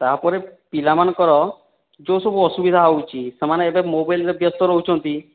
ତା' ପରେ ପିଲାମାନଙ୍କର ଯେଉଁ ସବୁ ଅସୁବିଧା ହେଉଛି ସେମାନେ ଏବେ ମୋବାଇଲ୍ରେ ବ୍ୟସ୍ତ ରହୁଛନ୍ତି